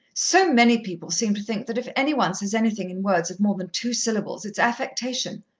so many people seem to think that if any one says anything in words of more than two syllables it's affectation.